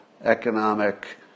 economic